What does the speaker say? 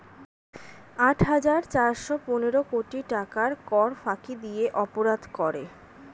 আট হাজার চারশ পনেরো কোটি টাকার কর ফাঁকি দিয়ে অপরাধ করে